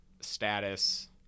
status